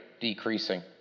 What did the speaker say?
decreasing